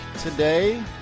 today